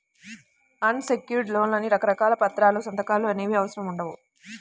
అన్ secured లోన్లకి రకరకాల పత్రాలు, సంతకాలు అనేవి అవసరం ఉండవు